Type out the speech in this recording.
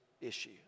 issue